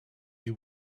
you